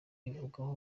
avugwaho